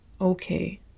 okay